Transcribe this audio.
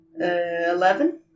eleven